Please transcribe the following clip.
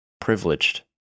privileged